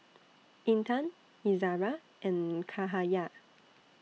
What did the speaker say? Intan Izara and Cahaya